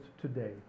today